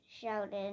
shouted